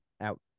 out